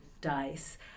dice